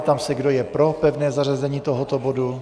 Ptám se, kdo je pro pevné zařazení tohoto bodu.